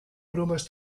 bromes